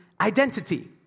identity